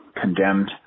condemned